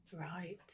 Right